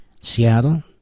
Seattle